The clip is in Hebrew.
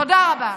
תודה רבה.